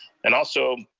and also,